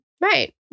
Right